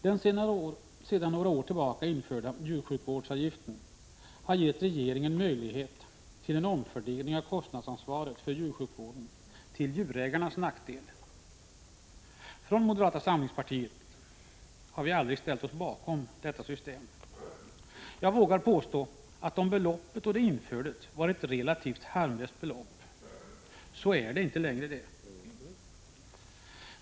Den sedan några år tillbaka införda djursjukvårdsavgiften har gett regeringen möjlighet till en omfördelning av kostnadsansvaret för djursjukvården till | djurägarnas nackdel. Vi från moderata samlingspartiet har aldrig ställt oss bakom detta system. Om beloppet när det infördes var relativt harmlöst, är | beloppet då sannerligen inte längre det.